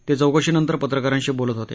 ते चौकशीनंतर पत्रकरांशी बोलत होते